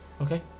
Okay